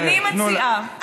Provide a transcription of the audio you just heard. תנו לה.